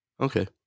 Okay